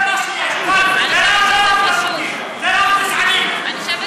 זה לא רב-תרבותי, זה רב-גזעני, ג'מאל,